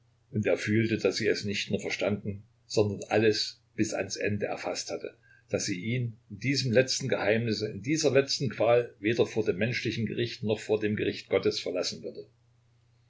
und er fühlte daß sie es nicht nur verstanden sondern alles bis ans ende erfaßt hatte daß sie ihn in diesem letzten geheimnisse in dieser letzten qual weder vor dem menschlichen gericht noch vor dem gericht gottes verlassen würde